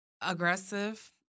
aggressive